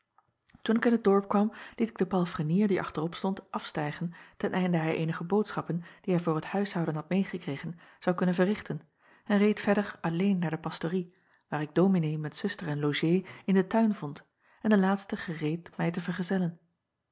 oen ik in het dorp kwam liet ik den palfrenier die achterop stond afstijgen ten einde hij eenige boodschappen die hij voor t huishouden had meêgekregen zou kunnen verrichten en reed verder alleen naar de pastorie waar ik ominee met zuster en logée in den tuin acob van ennep laasje evenster delen vond en de laatste gereed mij te vergezellen